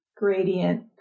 gradient